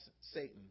Satan